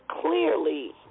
clearly